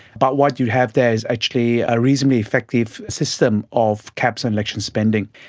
but what you have there is actually a reasonably effective system of caps on election spending.